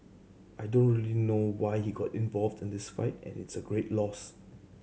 I don't real know why he got involved in this fight and it's a great loss